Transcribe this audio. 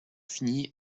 finie